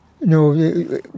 No